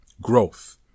growth